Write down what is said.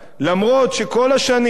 אף שכל השנים,